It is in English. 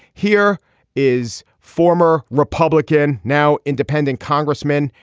here is former republican now independent congressman.